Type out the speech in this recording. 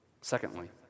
Secondly